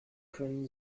können